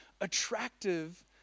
attractive